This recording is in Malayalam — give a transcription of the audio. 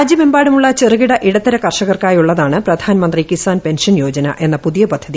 രാജ്യമെമ്പാടുമുള്ള ചെറുകിട ഇടത്തര കർഷകർക്കായുള്ളതാണ് പ്രധാൻമന്ത്രി കിസാൻ പെൻഷൻ യോജന എന്ന പുതിയ പദ്ധതി